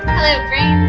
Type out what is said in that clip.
hello brains!